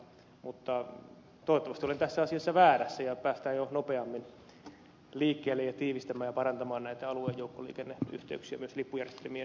mutta toivottavasti olen tässä asiassa väärässä ja päästään jo nopeammin liikkeelle ja tiivistämään ja parantamaan näitä aluejoukkoliikenneyhteyksiä myös lippujärjestelmien yhteensopivuuden kannalta